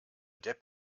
depp